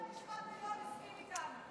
היום בית המשפט העליון הסכים איתנו.